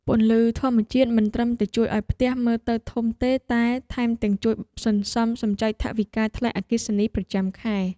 ពន្លឺធម្មជាតិមិនត្រឹមតែជួយឱ្យផ្ទះមើលទៅធំទេតែថែមទាំងជួយសន្សំសំចៃថវិកាថ្លៃអគ្គិសនីប្រចាំខែ។